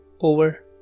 over